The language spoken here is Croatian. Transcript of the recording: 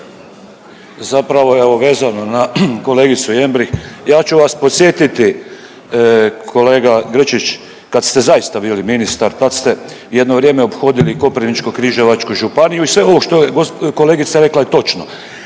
zapravo evo vezano na kolegicu Jembrih. Ja ću vas podsjetiti kolega Grčić, kad ste zaista bili ministar tad ste jedno vrijeme ophodili Koprivničko-križevačku županiju i sve ovo što je kolegica rekla je točno,